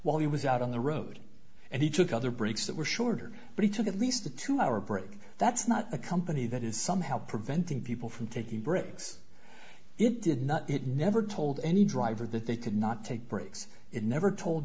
while he was out on the road and he took other breaks that were shorter but he took at least a two hour break that's not a company that is somehow preventing people from taking bricks it did not it never told any driver that they could not take breaks it never told